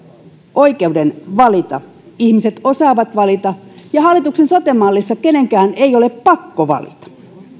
oikeuden valita ihmiset osaavat valita ja hallituksen sote mallissa kenenkään ei ole pakko valita